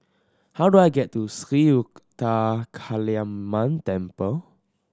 how do I get to Sri Ruthra Kaliamman Temple